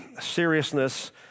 seriousness